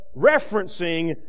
referencing